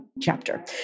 chapter